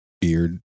beard